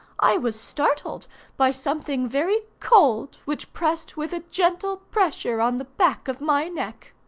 i was startled by something very cold which pressed with a gentle pressure on the back of my neck.